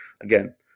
again